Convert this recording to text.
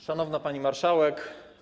Szanowna Pani Marszałek!